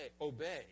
obey